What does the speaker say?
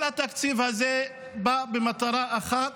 כל התקציב הזה בא למטרה אחת: